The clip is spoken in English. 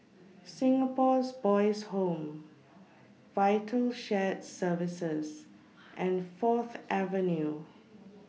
Singapore's Boys' Home Vital Shared Services and Fourth Avenue